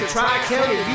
Tri-County